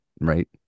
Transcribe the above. right